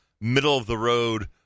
middle-of-the-road